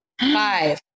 Five